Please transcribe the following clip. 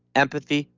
empathy,